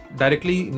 directly